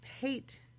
hate